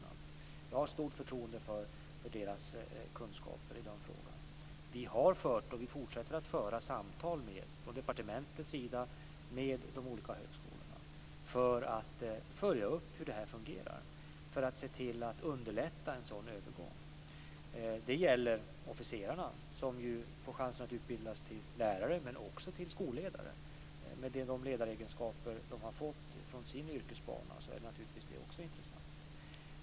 Jag har stort förtroende för deras kunskaper i den här frågan. Departementet har fört, och fortsätter att föra, samtal med de olika högskolorna för att följa upp hur detta fungerar och för att se till att underlätta en sådan här övergång. Detta gäller officerarna, som ju får chansen att utbildas till lärare men också till skolledare. Med de ledaregenskaper de har fått från sin yrkesbana är naturligtvis även det intressant.